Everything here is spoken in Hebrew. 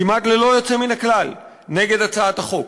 כמעט ללא יוצא מן הכלל, נגד הצעת החוק.